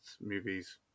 movies